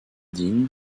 din